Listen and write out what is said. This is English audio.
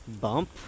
bump